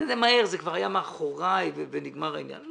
הייתי בטוח שזה כבר מאחוריי וייגמר העניין.